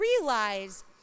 realize